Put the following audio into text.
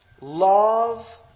Love